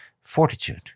fortitude